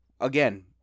again